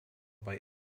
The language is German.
bei